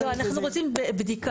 לא, אנחנו רוצים בדיקה.